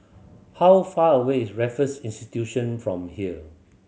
how far away is Raffles Institution from here